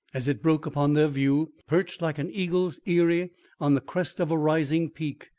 as it broke upon their view, perched like an eagle's eyrie on the crest of a rising peak,